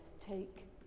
Take